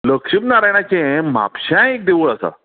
लक्ष्मी नारायणाचें म्हापश्यां एक देवूळ आसा